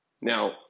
now